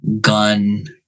gun